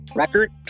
record